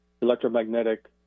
electromagnetic